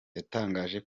yatangaje